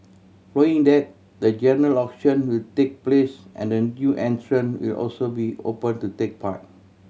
following that the general auction will take place and the new entrant will also be open to take part